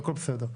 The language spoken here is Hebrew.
והכול בסדר.